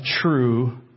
true